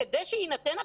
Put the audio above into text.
כדי שיינתן הפתרון,